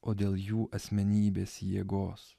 o dėl jų asmenybės jėgos